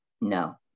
no